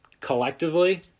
collectively